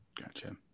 Gotcha